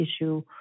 issue